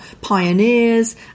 pioneers